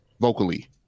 vocally